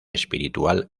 espiritual